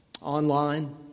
online